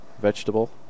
vegetable